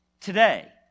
today